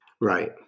right